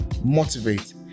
motivate